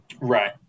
Right